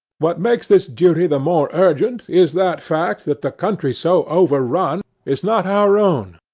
what makes this duty the more urgent is that fact that the country so overrun is not our own,